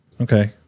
Okay